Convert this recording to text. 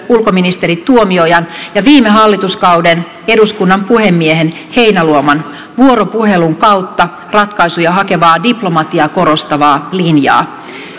ulkoministeri tuomiojan ja viime hallituskauden eduskunnan puhemiehen heinäluoman vuoropuhelun kautta ratkaisuja hakevaa diplomatiaa korostavaa linjaa